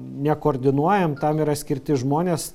nekoordinuojam tam yra skirti žmonės